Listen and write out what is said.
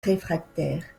réfractaires